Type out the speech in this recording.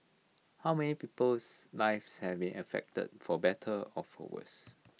how many people's lives have may affected for better or for worse